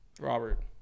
Robert